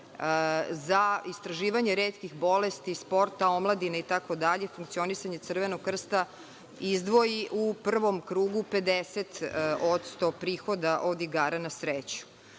za istraživanje retkih bolesti sporta i omladine, funkcionisanje Crvenog krsta izdvoji u prvom krugu 50% prihoda od igara na sreću,